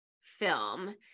film